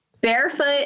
barefoot